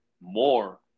more